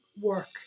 work